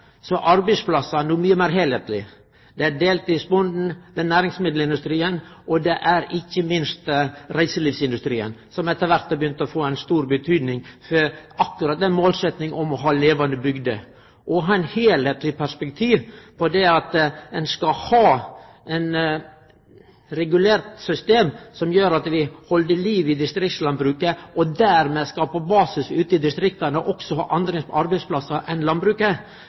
mykje meir heilskaplege. Det er deltidsbonden, det er næringsmiddelindustrien, og det er ikkje minst reiselivsindustrien, som etter kvart har begynt å få stor betydning for akkurat målsetjinga om å ha levande bygder og det å ha eit heilskapleg perspektiv på det, slik at ein har eit regulert system som gjer at vi held liv i distriktslandbruket og dermed skaper basis ute i distrikta for også andre arbeidsplassar enn landbruket.